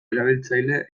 erabiltzaile